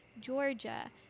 Georgia